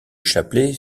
chapelet